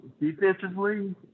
defensively